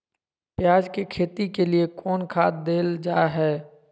प्याज के खेती के लिए कौन खाद देल जा हाय?